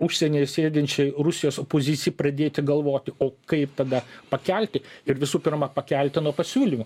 užsienyje sėdinčiai rusijos opozicijai pradėti galvoti o kaip tada pakelti ir visų pirma pakelti nuo pasiūlymų